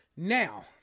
Now